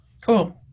Cool